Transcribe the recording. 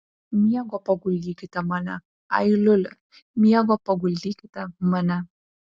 miego paguldykite mane ai liuli miego paguldykite mane